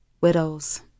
Widows